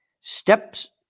steps